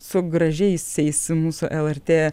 su gražiaisiais mūsų lrt